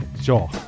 Sure